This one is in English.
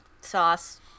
sauce